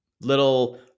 little